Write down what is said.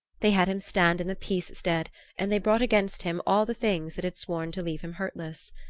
they had him stand in the peace stead and they brought against him all the things that had sworn to leave him hurtless.